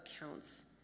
accounts